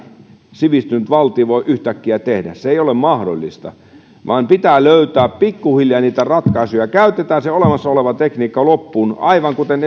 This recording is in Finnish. sivistynyt valtio voi yhtäkkiä ratkaista se ei ole mahdollista pitää löytää pikkuhiljaa niitä ratkaisuja käytetään se olemassa oleva tekniikka loppuun aivan kuten